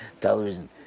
television